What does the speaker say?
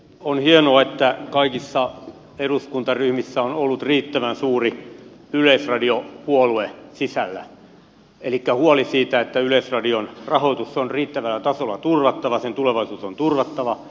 on hienoa että kaikissa eduskuntaryhmissä on ollut riittävän suuri yleisradiopuolue sisällä elikkä huoli siitä että yleisradion rahoitus on riittävällä tasolla turvattava sen tulevaisuus on turvattava